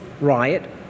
riot